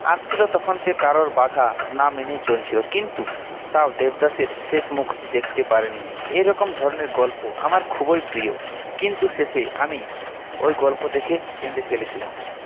আসছিলো তখন সে কারো বাধা না মেনেই চলছিলো কিন্তু তার দেবদাসের শেষ মুখটি দেখতে পারেননি এই রকম ধরনের গল্প আমার খুবই প্রিয় কিন্তু শেষে আমি ওই গল্প দেখে কেঁদে ফেলেছিলাম